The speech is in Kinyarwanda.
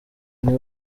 niwe